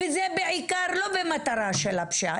וזה בעיקר לא במטרה של הפשיעה.